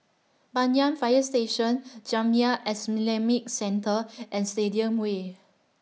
Banyan Fire Station Jamiyah Islamic Centre and Stadium Way